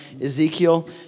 Ezekiel